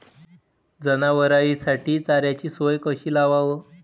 जनावराइसाठी चाऱ्याची सोय कशी लावाव?